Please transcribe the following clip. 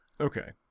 Okay